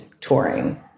touring